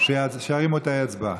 שירימו את האצבע.